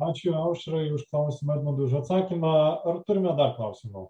ačiū aušrai už klausimą edmundui už atsakymą ar turime dar klausimų